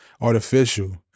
artificial